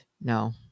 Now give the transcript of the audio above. no